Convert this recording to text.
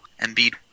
Embiid